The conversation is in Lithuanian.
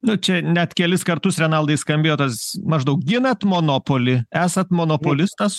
nu čia net kelis kartus renaldai skambėjo tas maždaug ginat monopolį esat monopolistas